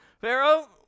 Pharaoh